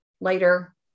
later